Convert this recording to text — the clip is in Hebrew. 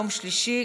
יום שלישי,